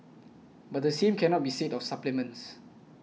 but the same cannot be said of supplements